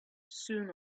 soon